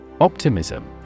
Optimism